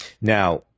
Now